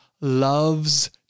loves